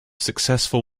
successful